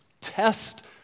Test